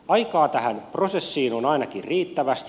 aikaa tähän prosessiin on ainakin riittävästi